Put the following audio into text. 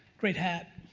great hat.